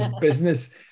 business